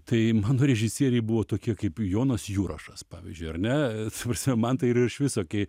tai mano režisieriai buvo tokie kaip jonas jurašas pavyzdžiui ar ne ta prasme man tai yra iš viso kai